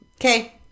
Okay